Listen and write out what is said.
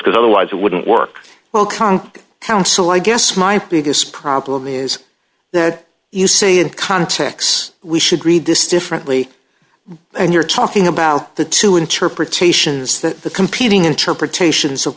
because otherwise it wouldn't work well conk counsel i guess my biggest problem is that you see in context we should read this differently and you're talking about the two interpretations that the competing interpretations of